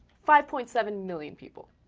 five point seven million people